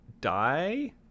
die